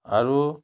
আৰু